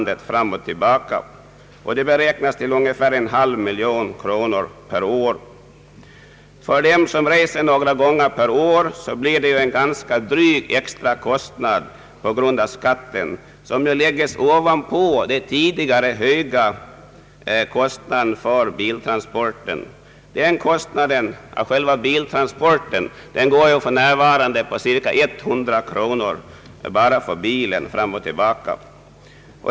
Den sammanlagda skatteintäkten på sådana transporter beräknas uppgå till 0,5 miljon kronor per år. För den som gör en sådan resa några gånger om året blir det en ganska dryg extra kostnad på grund av skatten, som läggs ovanpå den redan tidigare höga kostnaden för biltransporten. Det rör sig för närvarande om cirka 100 kronor bara för biltransporten.